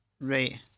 Right